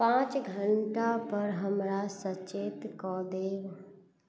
पाँच घण्टापर हमरा सचेत कऽ देब